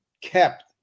kept